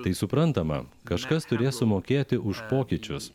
tai suprantama kažkas turės sumokėti už pokyčius